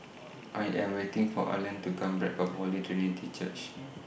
I Am waiting For Arlen to Come Back from Holy Trinity Church